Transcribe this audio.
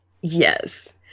Yes